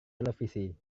televisi